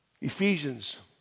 Ephesians